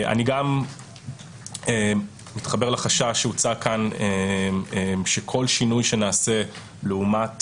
אני גם מתחבר לחשש שהוצג כאן שכל שינוי שנעשה לעומת